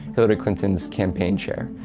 hillary clinton's campaign chair.